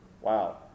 Wow